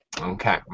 Okay